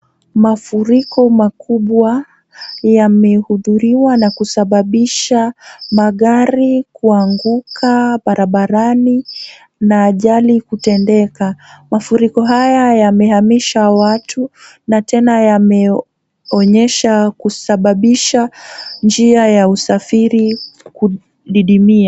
Mafuriko makubwa yamehudhuriwa na kusababisha magari kuanguka barabarani na ajali kutendeka. Mafuriko haya yamehamisha watu na tena yameonyesha kusababisha njia ya kusafiri kudidimia.